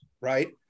right